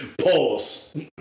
Pause